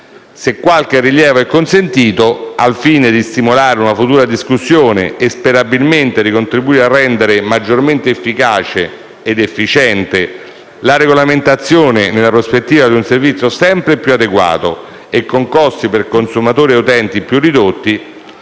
Se qualche rilievo è consentito, al fine di stimolare una futura discussione e sperabilmente di contribuire a rendere maggiormente efficace ed efficiente la regolamentazione nella prospettiva di un servizio sempre più adeguato e con costi per consumatori e utenti più ridotti,